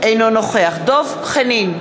אינו נוכח דב חנין,